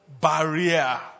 barrier